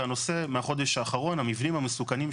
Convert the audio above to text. והנושא מהחודש האחרון המבנים המסוכנים,